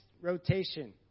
rotation